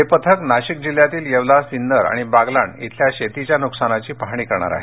हे पथक नाशिक जिल्ह्यातील येवला सिन्नर आणि बागलाण येथील शेतीच्या नुकसानीची पाहणी करणार आहे